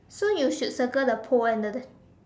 so you should circle the pool one and the the